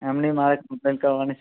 એમની મારે કમ્પ્લેન કરવાની